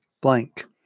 blank